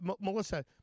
Melissa